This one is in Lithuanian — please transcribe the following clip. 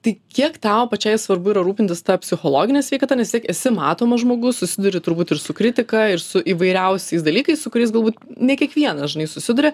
tai kiek tau pačiai svarbu yra rūpintis ta psichologine sveikata nes vistiek esi matomas žmogus susiduri turbūt ir su kritika ir su įvairiausiais dalykais su kuriais galbūt ne kiekvienas žinai susiduria